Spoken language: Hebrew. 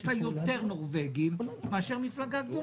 יש לה יותר "נורבגים" מאשר מפלגה גדולה.